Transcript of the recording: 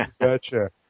Gotcha